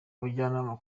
ubujyanama